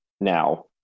now